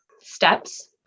steps